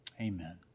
Amen